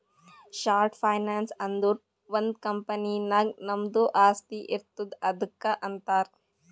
short finance ಅಂದುರ್ ಒಂದ್ company ನಾಗ್ ನಮ್ದು ಆಸ್ತಿ ಇರ್ತುದ್ ಅದುಕ್ಕ ಅಂತಾರ್